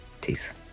Teeth